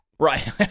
Right